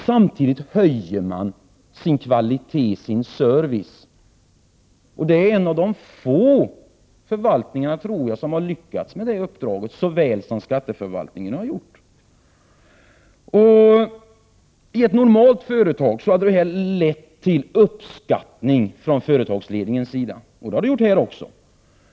Samtidigt höjer förvaltningarna sin kvalitet, sin service. Det är få förvaltningar som har lyckats med det uppdraget så väl som skatteförvaltningarna har gjort. I ett normalt företag hade detta lett till uppskattning från företagsledningens sida. Det har det gjort här också. I ett normalt företag hade det lett till uppskattning från ägarnas sida, och det har det gjort här också.